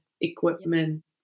equipment